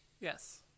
Yes